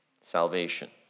salvation